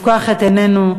לפקוח את עינינו,